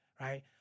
right